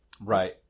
right